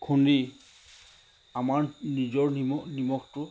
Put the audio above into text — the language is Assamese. খুন্দি আমাৰ নিজৰ নিমখ নিমখটো